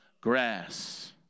grass